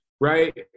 right